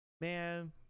man